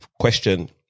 question